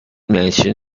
mansion